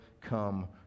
come